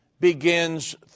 begins